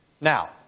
Now